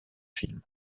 films